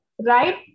right